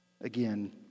again